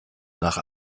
nach